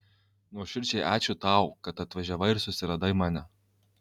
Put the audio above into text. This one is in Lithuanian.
nuoširdžiai ačiū tau kad atvažiavai ir susiradai mane